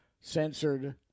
censored